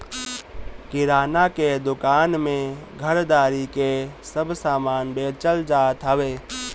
किराणा के दूकान में घरदारी के सब समान बेचल जात हवे